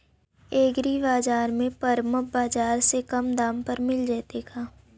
एग्रीबाजार में परमप बाजार से कम दाम पर मिल जैतै का?